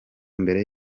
mbere